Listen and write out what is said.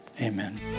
Amen